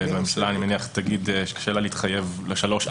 אני מניח שהממשלה תגיד שקשה לה להתחייב לשלוש,